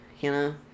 Hannah